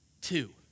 two